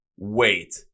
wait